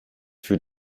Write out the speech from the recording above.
für